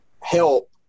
help